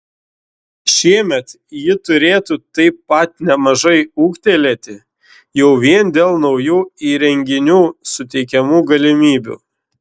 šiemet ji turėtų taip pat nemažai ūgtelėti jau vien dėl naujų įrenginių suteikiamų galimybių